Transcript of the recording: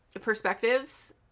perspectives